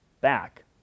back